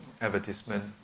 advertisement